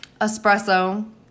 Espresso